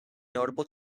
notable